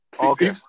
Okay